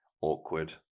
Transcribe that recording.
awkward